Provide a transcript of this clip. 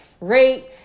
rate